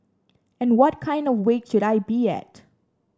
and what kind of weight should I be at